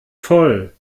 voll